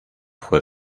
fue